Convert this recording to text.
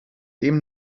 dem